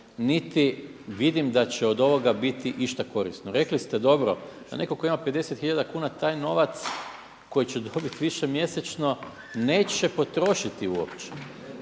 niti vidim da će od ovoga biti išta korisno. Rekli ste dobro da netko tko ima 50 tisuća kuna taj novac koji će dobiti više mjesečno neće potrošiti uopće.